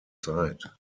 zeit